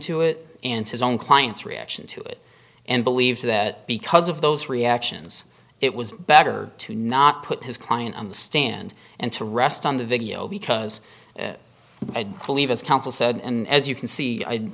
to it and his own client's reaction to it and believe that because of those reactions it was better to not put his client on the stand and to rest on the video because i believe as counsel said and as you can see i